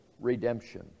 redemption